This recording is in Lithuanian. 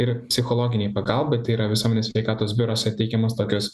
ir psichologinei pagalbai tai yra visuomenės sveikatos biuruose teikiamos tokios